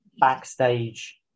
backstage